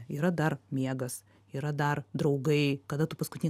yra dar miegas yra dar draugai kada tu paskutinį